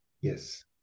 Yes